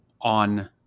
on